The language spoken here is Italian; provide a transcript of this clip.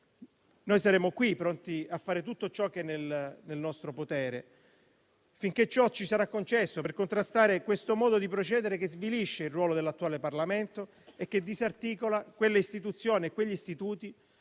noi saremo qui, pronti a fare tutto ciò che è nel nostro potere, finché ciò ci sarà concesso, per contrastare questo modo di procedere che svilisce il ruolo dell'attuale Parlamento e che disarticola quella istituzione, quegli istituti